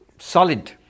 Solid